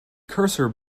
cursor